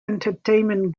entertainment